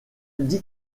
dix